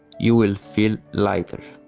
you will feel lighter.